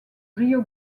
rio